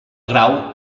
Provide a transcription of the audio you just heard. grau